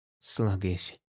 sluggish